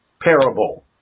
parable